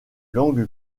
langue